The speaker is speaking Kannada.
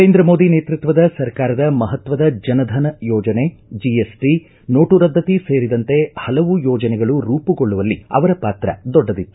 ನರೇಂದ್ರ ಮೋದಿ ನೇತೃತ್ವದ ಸರ್ಕಾರದ ಮಹತ್ವದ ಜನ್ ಧನ್ ಯೋಜನೆ ಜಿಎಸ್ಟಿ ನೋಟು ರದ್ದತಿ ಸೇರಿದಂತೆ ಪಲವು ಯೋಜನೆಗಳು ರೂಪುಗೊಳ್ಳುವಲ್ಲಿ ಅವರ ಪಾತ್ರ ದೊಡ್ಡದಿತ್ತು